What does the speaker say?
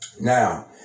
Now